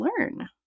learn